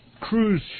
cruise